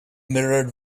mirrored